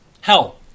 hell